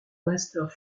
masters